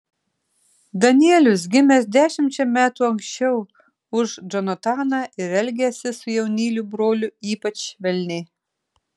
danielius gimęs dešimčia metų anksčiau už džonataną ir elgęsis su jaunyliu broliu ypač švelniai